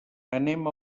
anem